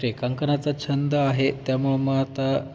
रेखांकनाचा छंद आहे त्यामुळे मग आता